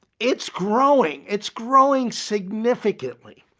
it's growing, it's growing significantly.